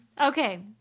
Okay